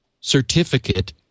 certificate